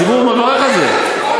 הציבור מברך על זה.